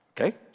Okay